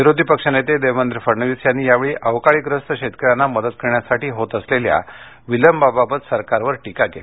विरोधी पक्ष नेते देवेंद्र फडणवीस यांनी यावेळी अवकाळीग्रस्त शेतकऱ्यांना मदत करण्यासाठी होत असलेल्या विलंबाबाबत सरकारवर टीका केली